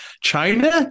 China